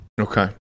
Okay